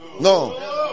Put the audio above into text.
no